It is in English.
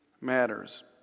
matters